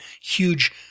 huge